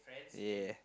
ya